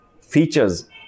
Features